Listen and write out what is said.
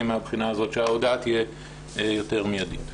מהבחינה הזאת כך שההודעה תהיה יותר מיידית.